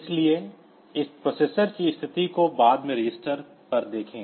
इसलिए इस प्रोसेसर की स्थिति को बाद में रजिस्टर पर देखें